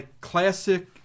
classic